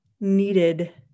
needed